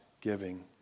giving